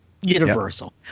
Universal